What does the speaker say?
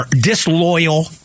disloyal –